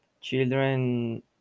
children